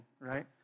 right